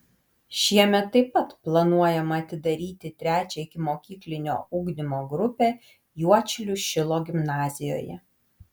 šiemet taip pat planuojama atidaryti trečią ikimokyklinio ugdymo grupę juodšilių šilo gimnazijoje